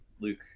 Luke